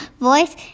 voice